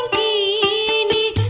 e